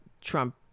trump